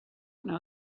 know